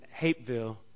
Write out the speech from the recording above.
Hapeville